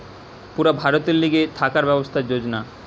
পুরা ভারতের লিগে থাকার ব্যবস্থার যোজনা